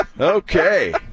Okay